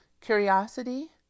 curiosity